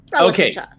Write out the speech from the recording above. Okay